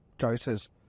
choices